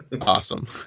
Awesome